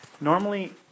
normally